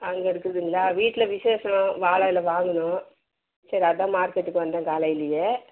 அங்கே இருக்குதுங்களா வீட்டில் விசேஷம் வாழை இல வாங்கணும் சரி அதுதான் மார்கெட்டுக்கு வந்தேன் காலையிலியே